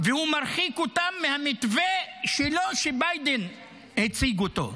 והוא מרחיק אותם מהמתווה שלו, שביידן הציג אותו.